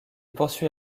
poursuit